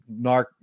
narc